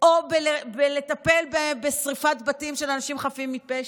או לטפל בשרפת בתים של אנשים חפים מפשע?